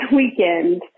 weekend